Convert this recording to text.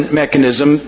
mechanism